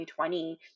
2020